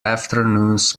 afternoons